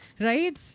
Right